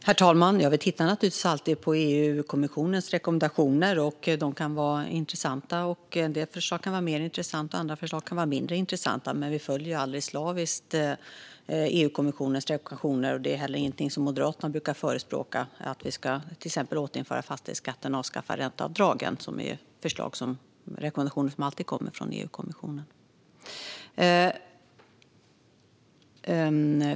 Herr talman! Vi tittar naturligtvis alltid på EU-kommissionens rekommendationer. De kan vara intressanta. En del förslag kan vara mer intressanta, och andra förslag kan vara mindre intressanta. Men vi följer aldrig slaviskt EU-kommissionens rekommendationer. Moderaterna brukar inte heller förespråka att återinföra till exempel fastighetsskatten och avskaffa ränteavdragen, vilket är rekommendationer som alltid kommer från EU-kommissionen.